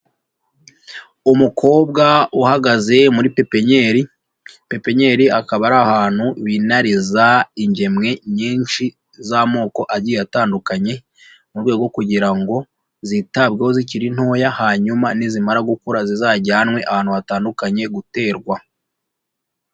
Umukobwa uhagaze muri pepinyeri, pepinyeri akaba ari ahantu binariza ingemwe nyinshi z'amoko agiye atandukanye, mu rwego rwo kugira ngo zitabweho zikiri ntoya, hanyuma nizimara gukura zizajyanwe ahantu hatandukanye guterwa.